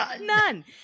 None